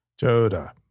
Joda